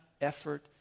effort